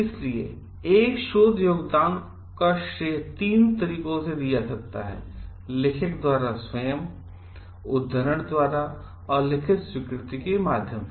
इसलिए एक शोध योगदान का श्रेय तीन मुख्य तरीकों से दिया जा सकता है लेखक द्वारा स्वयं उद्धरण द्वारा और लिखित स्वीकृति के माध्यम से